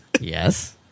Yes